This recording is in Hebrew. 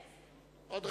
אפס.